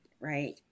Right